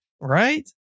Right